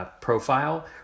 profile